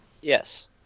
Yes